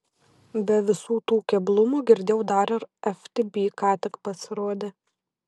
be visų tų keblumų girdėjau dar ir ftb ką tik pasirodė